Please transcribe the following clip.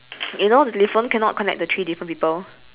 you know the telephone cannot connect to three different people